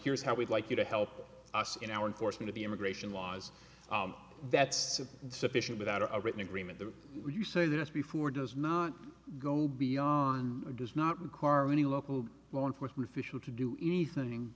here's how we'd like you to help us in our in force me to the immigration laws that's sufficient without a written agreement that you say this before does not go beyond does not require any local law enforcement official to do anything